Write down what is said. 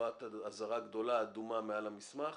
נורת אזהרה גדולה אדומה מעל המסמך